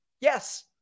Yes